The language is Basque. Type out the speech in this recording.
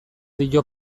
dio